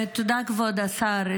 תודה, כבוד השר.